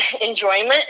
enjoyment